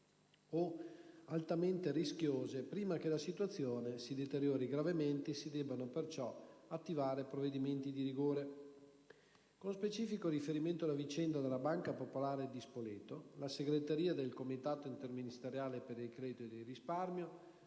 o altamente rischiose, prima che la situazione si deteriori gravemente e si debbano perciò attivare provvedimenti di rigore. Con specifico riferimento alla vicenda della Banca popolare di Spoleto, la segreteria del Comitato interministeriale per il credito e il risparmio